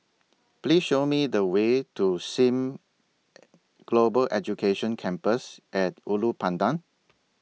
Please Show Me The Way to SIM Global Education Campus At Ulu Pandan